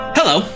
Hello